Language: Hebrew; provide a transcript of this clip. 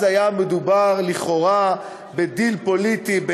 אז היה מדובר לכאורה בדיל פוליטי עם